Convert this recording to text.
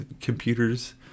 computers